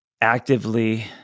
actively